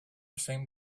seemed